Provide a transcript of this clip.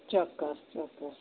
ચોક્કસ ચોક્કસ